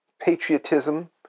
patriotism